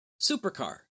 supercar